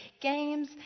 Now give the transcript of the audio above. games